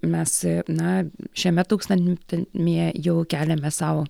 mes na šiame tūkstantmetyje jau keliame sau